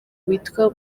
witwa